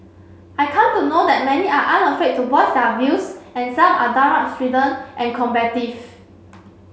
I come to know that many are unafraid to voice their views and some are downright strident and combative